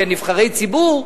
כנבחרי ציבור,